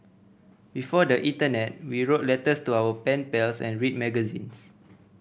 before the internet we wrote letters to our pen pals and read magazines